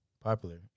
popular